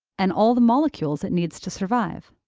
and all the molecules it needs to survive.